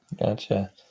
Gotcha